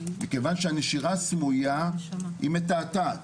מכיוון שהנשירה הסמויה היא מתעתעת.